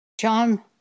John